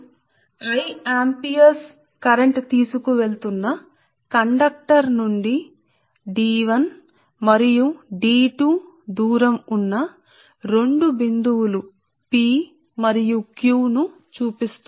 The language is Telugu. అందువల్ల మనం ఇక్కడ వ్రాసినది పటం 2 ఒక కండక్టర్ నుండి D 1 మరియు D 2 దూరం వద్ద రెండు బిందువులు p మరియు q ను చూపిస్తుంది ఈ కరెంటు I ఆంపియర్ను కలిగి ఉంటుంది